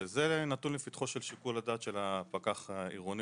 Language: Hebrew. זה נתון לפתחו של שיקול הדעת של הפקח העירוני.